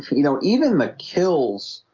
you know, even the kills